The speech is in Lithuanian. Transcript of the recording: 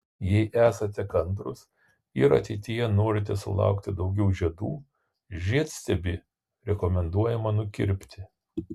jei esate kantrūs ir ateityje norite sulaukti daugiau žiedų žiedstiebį rekomenduojama nukirpti